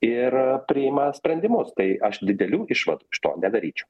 ir priima sprendimus tai aš didelių išvadų iš to nedaryčiau